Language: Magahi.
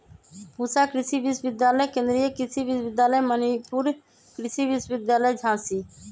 पूसा कृषि विश्वविद्यालय, केन्द्रीय कृषि विश्वविद्यालय मणिपुर, कृषि विश्वविद्यालय झांसी